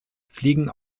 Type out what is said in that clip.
fliegen